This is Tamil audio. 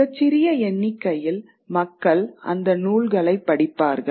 மிகச் சிறிய எண்ணிக்கையில் மக்கள் அந்த நூல்களைப் படிப்பார்கள்